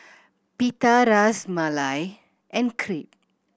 Pita Ras Malai and Crepe